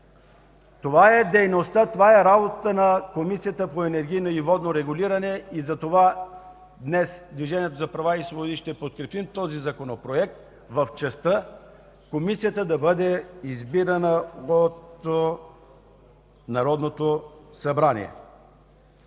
Това е дейността, това е работата на Комисията по енергийно и водно регулиране и затова днес Движението за права и свободи ще подкрепи този законопроект в частта Комисията да бъде избирана от Народното събрание.